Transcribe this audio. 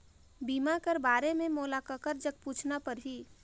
बीमा कर बारे मे मोला ककर जग पूछना परही?